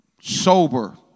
Sober